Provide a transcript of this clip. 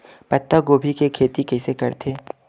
पत्तागोभी के खेती कइसे करथे?